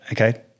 okay